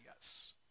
yes